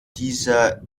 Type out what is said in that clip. dieser